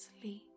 sleep